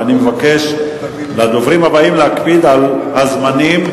ואני מבקש מהדוברים הבאים להקפיד על הזמנים,